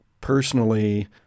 personally